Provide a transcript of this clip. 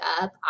up